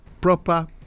proper